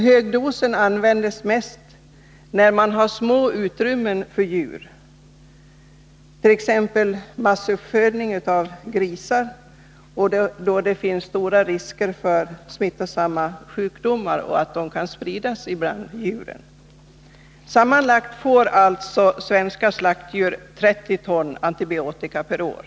Högdosen används mest när man har små utrymmen för djuren, t.ex. vid massuppfödning av grisar, då det finns stora risker för att smittosamma sjukdomar kan spridas bland djuren. Sammanlagt får alltså svenska slaktdjur 30 ton antibiotika per år.